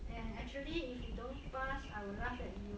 and actually if you don't pass I will laugh at you